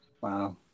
Wow